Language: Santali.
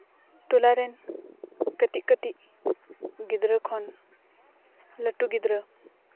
ᱴᱚᱞᱟ ᱨᱮᱱ ᱠᱟᱹᱴᱤᱡ ᱠᱟᱹᱴᱤᱡ ᱜᱤᱫᱽᱨᱟᱹ ᱠᱷᱚᱱ ᱞᱟᱹᱴᱩ ᱜᱤᱫᱽᱨᱟᱹ